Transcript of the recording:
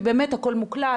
כי באמת הכול מוקלט,